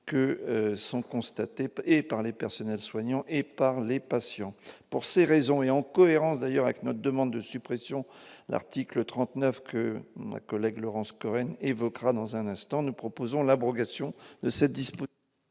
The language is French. que sont constatées peu et par les personnels soignants et par les patients pour ces raisons et en cohérence, d'ailleurs avec notre demande de suppression, l'article 39 que sa collègue Laurence Cohen évoquera dans un instant, nous proposons l'abrogation de cette dispute.